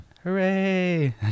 Hooray